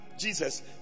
Jesus